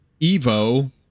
Evo